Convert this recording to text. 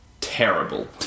Terrible